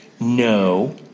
no